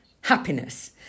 happiness